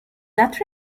that